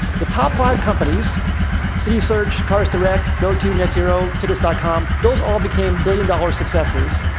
the top five companies citysearch, carsdirect, goto, netzero, tickets dot com those all became billion-dollar successes.